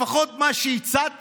לפחות מה שהצעתי,